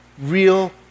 real